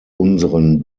unseren